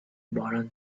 барын